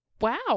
wow